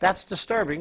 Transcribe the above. that's disturbing